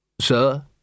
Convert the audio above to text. Sir